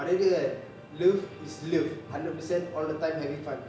pada dia kan love is love hundred per cent all the time having fun